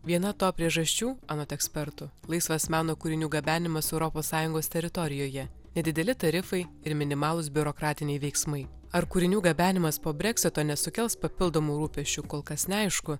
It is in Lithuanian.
viena to priežasčių anot ekspertų laisvas meno kūrinių gabenimas europos sąjungos teritorijoje nedideli tarifai ir minimalūs biurokratiniai veiksmai ar kūrinių gabenimas po breksito nesukels papildomų rūpesčių kol kas neaišku